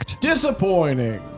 Disappointing